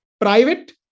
private